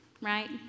right